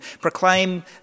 proclaim